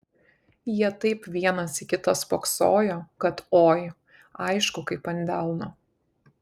jie taip vienas į kitą spoksojo kad oi aišku kaip ant delno